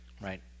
right